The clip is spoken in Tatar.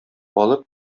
алып